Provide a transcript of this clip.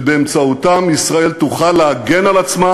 שבאמצעותם ישראל תוכל להגן על עצמה,